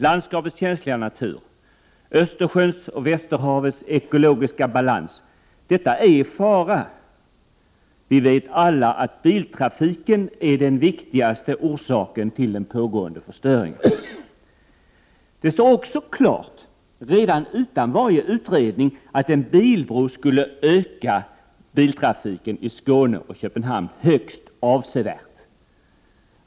Landskapets känsliga natur liksom Östersjöns och Västerhavets ekologiska balans är i fara. Vi vet alla att biltrafiken är den viktigaste orsaken till den pågående förstöringen. Det står också klart, redan utan varje utredning, att en bilbro skulle öka biltrafiken i Skåne och Köpenhamn högst avsevärt.